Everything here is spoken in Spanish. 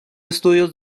estudios